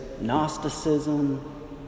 Gnosticism